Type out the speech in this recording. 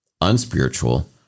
unspiritual